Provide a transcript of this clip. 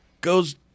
goes